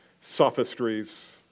sophistries